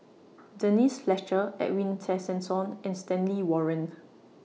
Denise Fletcher Edwin Tessensohn and Stanley Warren